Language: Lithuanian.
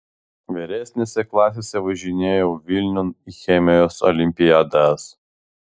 vyresnėse klasėse važinėjau vilniun į chemijos olimpiadas